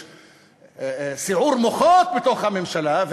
יש סיעור מוחות בתוך הממשלה,